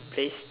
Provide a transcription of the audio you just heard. place